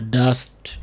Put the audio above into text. dust